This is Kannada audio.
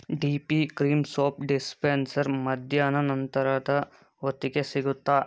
D P cream soap dispenser ಮಧ್ಯಾಹ್ನ ನಂತರದ ಹೊತ್ತಿಗೆ ಸಿಗುತ್ತಾ